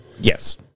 Yes